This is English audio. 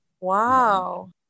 Wow